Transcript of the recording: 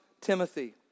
Timothy